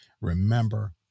Remember